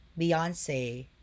Beyonce